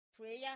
Prayer